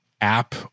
app